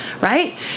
right